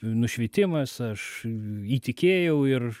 nušvitimas aš įtikėjau ir